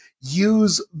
use